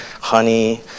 honey